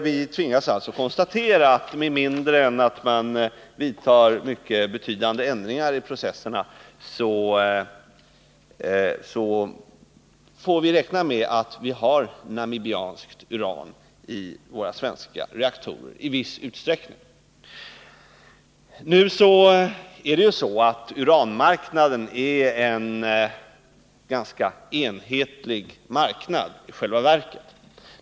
Vi tvingas alltså konstatera att vi — med mindre det vidtas mycket betydande ändringar i processerna — får räkna med att vi i viss utsträckning har namibiskt uran i våra svenska reaktorer. Uranmarknaden är i själva verket en ganska enhetlig marknad.